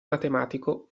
matematico